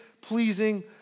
pleasing